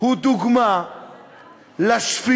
הוא דוגמה לשפיות,